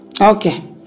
Okay